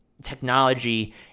technology